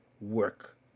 work